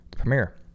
premiere